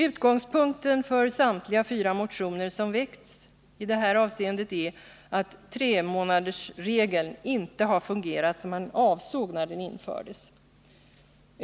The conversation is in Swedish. Utgångspunkten för samtliga fyra motioner som väckts i det här avseendet är att tremånadersregeln inte fungerat som avsågs, när den infördes.